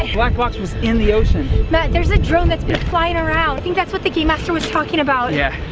and black box was in the ocean. matt, there's a drone that's been flying around. i think that's what the game master was talking about. yeah,